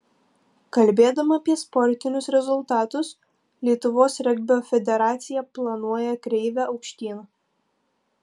kalbėdama apie sportinius rezultatus lietuvos regbio federacija planuoja kreivę aukštyn